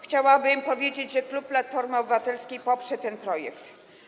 Chciałabym powiedzieć, że klub Platformy Obywatelskiej poprze ten projekt.